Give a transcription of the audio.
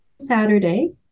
Saturday